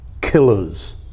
killers